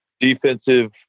defensive